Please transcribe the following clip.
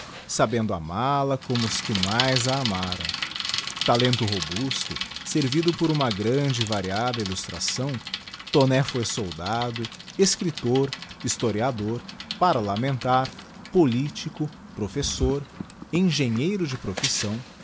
sabendo amal a como os que mais a amaram talento robusto servido por uma grande e variada illustraçâo taunay foi soldado cscriptor historiador parlamentar politico professor engenheiro de profissão